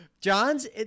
John's